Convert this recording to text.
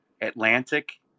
Atlantic